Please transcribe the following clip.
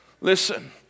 Listen